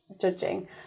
judging